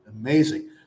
Amazing